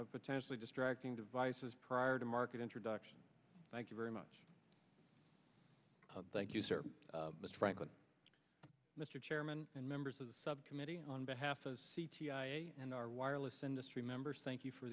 of potentially distracting devices prior to market introduction thank you very much thank you sir mr franklin mr chairman and members of the subcommittee on behalf of and our wireless industry members thank you for